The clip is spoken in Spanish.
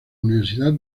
universidad